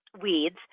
weeds